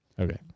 Okay